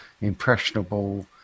impressionable